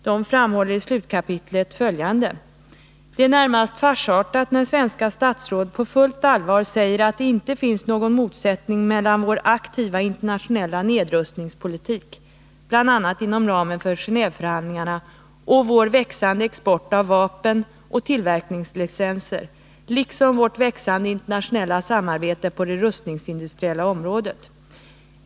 De framhåller följande i slutkapitlet: ”Det är närmast farsartat när svenska statsråd på fullt allvar säger att det inte finns någon motsättning mellan vår aktiva internationella nedrustningspolitik och vår växande export av vapen och tillverkningslicenser, liksom vårt växande internationella samarbete på det rustningsindustriella området.